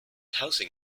housing